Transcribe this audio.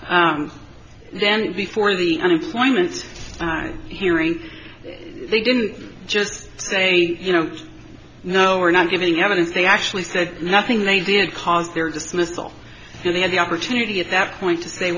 now then before the unemployment hearing they didn't just say you know no we're not giving evidence they actually said nothing they did cause their dismissal and they had the opportunity at that point to say